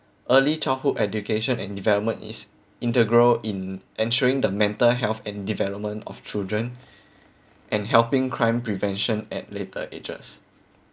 early childhood education and development is integral in ensuring the mental health and development of children and helping crime prevention at later ages